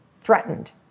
threatened